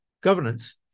governance